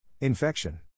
infection